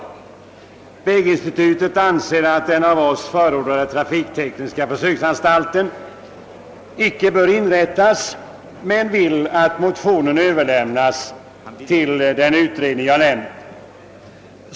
Statens väginstitut anser att den av oss förordade trafiktekniska försöksanstalten icke bör inrättas men vill att motionen överlämnas till den nyssnämnda utredningen.